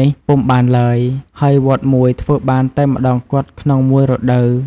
នេះពុំបានឡើយ ហើយវត្តមួយធ្វើបានតែម្តងគត់ក្នុងមួយរដូវ។